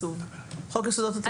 חוק יסודות התקציב.